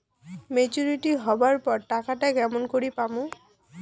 Maturity হবার পর টাকাটা কেমন করি পামু?